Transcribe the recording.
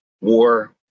war